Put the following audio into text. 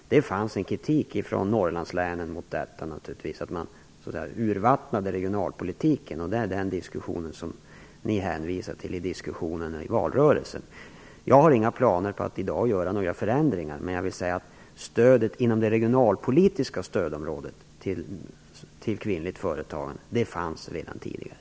Det fanns naturligtvis en kritik från Norrlandslänen mot detta, att man så att säga urvattnade regionalpolitiken. Det är den diskussionen som Helena Nilsson hänvisar till när hon talar om valrörelsen. Jag har inga planer på att i dag göra några förändringar. Jag vill dock säga att stödet inom det regionalpolitiska stödområdet till kvinnligt företagande fanns redan tidigare.